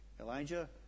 Elijah